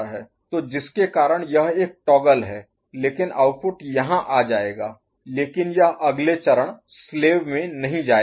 तो जिसके कारण यह एक टॉगल है लेकिन आउटपुट यहां आ जाएगा लेकिन यह अगले चरण स्लेव में नहीं जाएगा